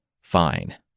Fine